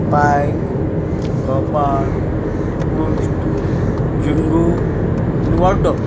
पायक गोपाळ कुश्ट जुंगू आनी वाड्डो